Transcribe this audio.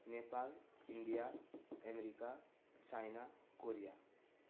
Nepal India America China Korea